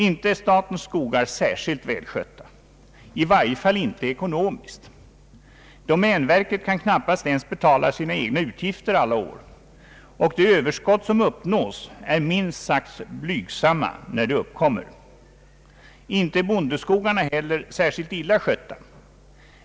Inte är statens skogar särskilt välskötta, i varje fall inte ekonomiskt. Domänverket kan knappast ens betala sina egna utgifter alla år, och de överskott som uppnås är minst sagt blygsamma — när de uppkommer. Inte är bondeskogarna heller särskilt illa skötta.